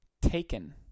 Taken